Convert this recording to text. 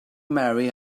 marry